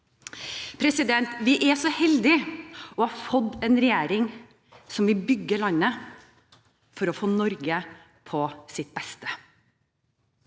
samfunn Vi er så heldige å ha fått en regjering som vil bygge landet for å få Norge på sitt beste.